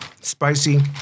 spicy